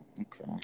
Okay